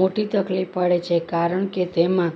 મોટી તકલીફ પડે છે કારણ કે તેમાં